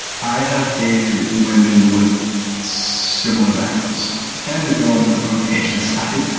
i have dated women with similar backgrounds. i tend to go on and on the asian side.